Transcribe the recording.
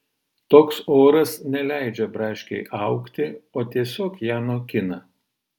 toks oras neleidžia braškei augti o tiesiog ją nokina